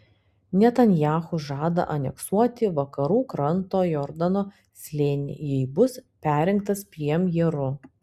netanyahu žada aneksuoti vakarų kranto jordano slėnį jei bus perrinktas premjeru